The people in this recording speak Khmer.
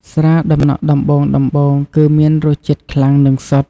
ស្រាដំណក់ដំបូងៗគឺមានរសជាតិខ្លាំង និងសុទ្ធ។